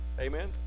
amen